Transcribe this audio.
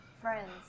friends